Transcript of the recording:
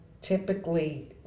typically